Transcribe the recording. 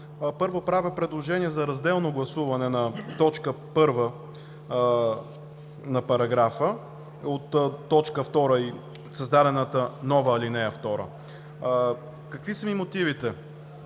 първо, правя предложение за разделно гласуване на т. 1 на параграфа от т. 2 – създадената нова ал. 2. Какви са ми мотивите?